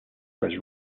was